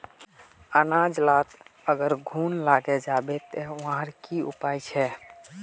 अनाज लात अगर घुन लागे जाबे ते वहार की उपाय छे?